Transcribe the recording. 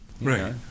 Right